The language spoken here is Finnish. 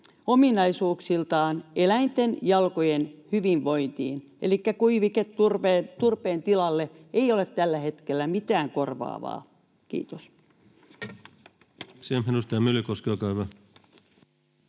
ominaisuuksiltaan eläinten jalkojen hyvinvointiin. Elikkä kuiviketurpeen tilalle ei ole tällä hetkellä mitään korvaavaa. — Kiitos.